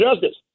justice